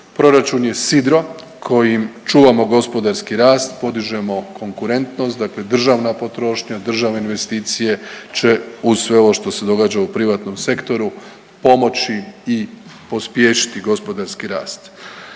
proračun je sidro kojim čuvamo gospodarski rast, podižemo konkurentnost, dakle državna potrošnja, državne investicije će uz sve ovo što se događa u privatnom sektoru pomoći i pospješiti gospodarski rast.